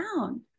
down